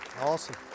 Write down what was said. Awesome